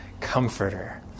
comforter